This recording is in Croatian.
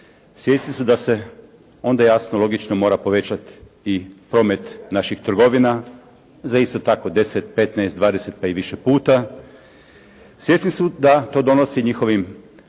svjesni su da se, onda jasno, logično mora povećati i promet naših trgovina, za isto tako 10, 15, 20 pa i više puta, svjesni su da to donosi njihovim tvrtkama